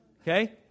Okay